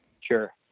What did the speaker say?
Sure